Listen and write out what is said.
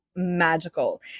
magical